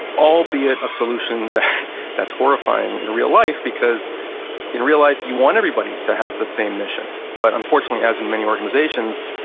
albeit a solution that's horrifying in real life, because in real life you want everybody to have the same mission. but unfortunately, as in many organizations,